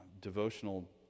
devotional